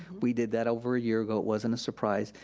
we did that over a year ago, it wasn't a surprise.